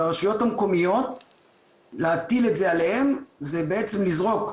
להטיל את זה על הרשויות המקומיות זה בעצם לזרוק,